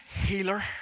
healer